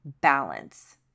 balance